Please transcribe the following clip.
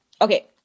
Okay